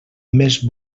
més